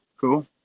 Cool